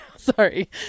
sorry